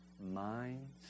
minds